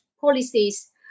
policies